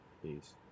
Please